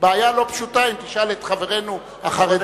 בעיה לא פשוטה, אם תשאל את חברינו החרדים כאן.